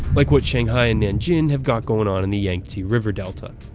like what shanghai and nanjing have got going on in the yangtze river delta.